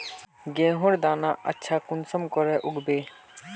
गेहूँर दाना अच्छा कुंसम के उगबे?